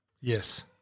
Yes